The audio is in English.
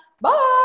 bye